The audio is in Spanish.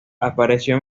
apareció